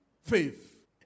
faith